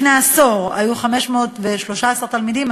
לפני עשור היו 513 תלמידים,